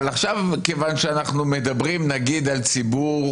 מכיוון שאנחנו מדברים על ציבור,